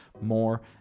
more